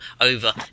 over